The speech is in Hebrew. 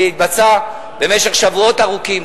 שהתבצעה במשך שבועות ארוכים,